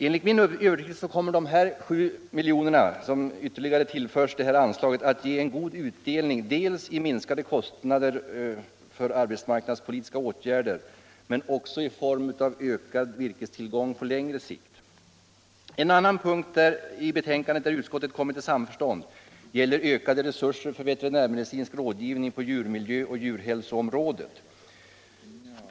Enligt min övertygelse kommer de 7 miljoner som föreslås ytterligare tillföras detta anslag att ge god utdelning både i minskade kostnader för arbetsmarknadspolitiska åtgärder och i ökad virkestillgång på längre sikt. En annan punkt i betänkandet där utskottet kommit till samförstånd gäller ökade resurser för veterinärmedicinsk rådgivning på djurmiljöoch djurhälsoområdet.